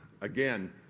again